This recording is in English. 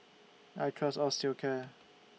I Trust Osteocare